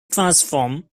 transform